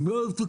אם לא רתוקים,